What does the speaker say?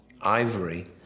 ivory